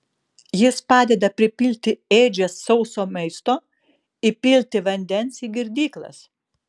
jis padeda pripilti ėdžias sauso maisto įpilti vandens į girdyklas